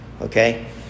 okay